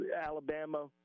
Alabama